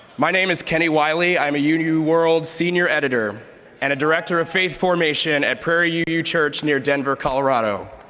my name is kenny wiley. i'm a you know uu world senior editor and director of faith formation at prairie yeah uu church near denver, colorado.